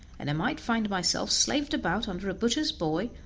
and i might find myself slaved about under a butcher's boy,